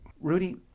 Rudy